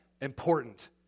important